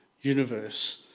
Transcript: universe